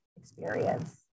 experience